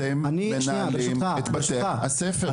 אתם מנהלים את בתי הספר.